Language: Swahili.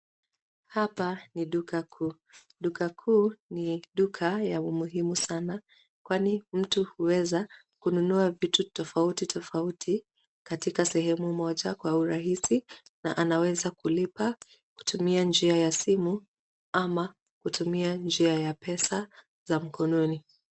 Hapa ni duka kuu. Duka kuu ni duka ya umuhimu sana. Kwani mtu huweza kununua vitu tofauti tofauti katika sehemu moja kwa urahisi na anaweza kulipa kutumia njia ya simu ama kutumia pesa za mkononi.